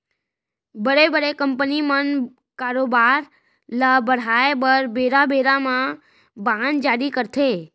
बड़े बड़े कंपनी मन कारोबार ल बढ़ाय बर बेरा बेरा म बांड जारी करथे